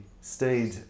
stayed